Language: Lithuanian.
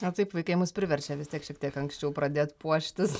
na taip vaikai mus priverčia vis tiek šiek tiek anksčiau pradėt puoštis